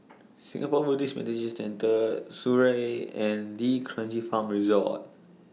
Singapore Buddhist Meditation Centre Surrey and D'Kranji Farm Resort